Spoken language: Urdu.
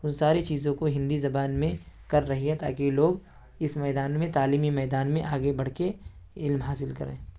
ان ساری چیزوں کو ہندی زبان میں کر رہی ہے تاکہ لوگ اس میدان میں تعلیمی میدان میں آگے بڑھ کے علم حاصل کریں